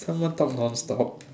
someone talk non stop